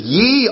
ye